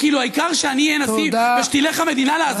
אני חושב שאנחנו באמת כבר איבדנו את זה לגמרי.